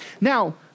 Now